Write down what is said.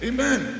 Amen